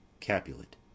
Capulet